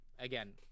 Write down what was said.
Again